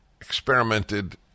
experimented